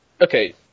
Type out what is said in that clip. Okay